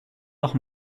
noch